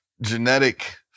genetic